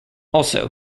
also